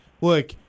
Look